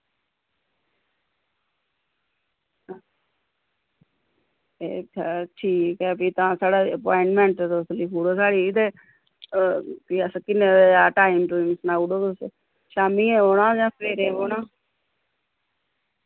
ते हां ठीक ऐ फ्ही तां साढ़ी अपाइंटमेंट तुस लिखी ओड़ो साढ़ी ते भी असें किन्ने बजे दा टाइम टूइम सनाई ओड़ो शामीं ई औना जां सवेरे औना